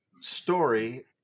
story